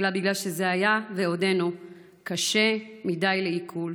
אלא בגלל שזה היה ועודנו קשה מדי לעיכול.